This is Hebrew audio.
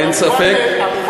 אין ספק.